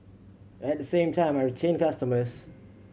at the same time I retain customers